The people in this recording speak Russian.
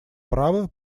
права